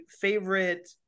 favorite